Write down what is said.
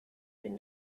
been